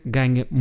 ganha